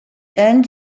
earned